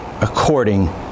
according